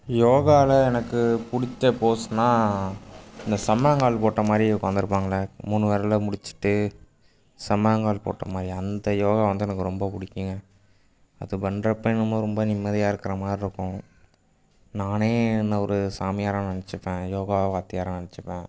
யோகாவில எனக்கு பிடிச்ச போஸ்னால் இந்த சம்மணங்கால் போட்ட மாதிரி உட்காந்துருப்பாங்கள மூணு விரல்ல முடிச்சிட்டு சம்மணங்கால் போட்ட மாதிரி அந்த யோகா வந்து எனக்கு ரொம்ப பிடிக்குங்க அது பண்ணுறப்ப என்னமோ ரொம்ப நிம்மதியாக இருக்கிற மாதிரி இருக்கும் நானே என்ன ஒரு சாமியாராக நினச்சிப்பேன் யோகா வாத்தியாராக நினச்சிப்பேன்